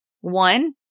One